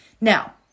Now